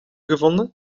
gevonden